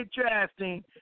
drafting